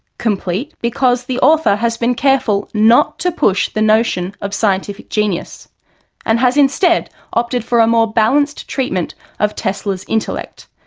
complete because the author has been careful not to push the notion of scientific genius and has instead opted for a more balanced treatment of tesla's intellect.